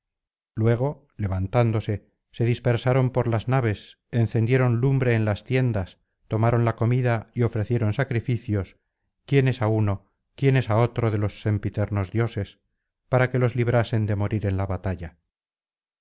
luego levantándose se dispersaron por las naves encendieron lumbre en las tiendas tomaron la comida y ofrecieron sacrificios quiénes á uno quiénes á otro de los sempiternos dioses para que los librasen de morir en la batalla